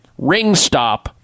Ringstop